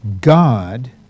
God